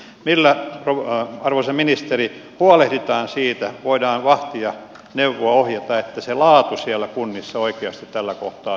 millä arvoisa ministeri huolehditaan siitä voidaan vahtia neuvoa ohjata että se laatu siellä kunnissa oikeasti tällä kohtaa säilyy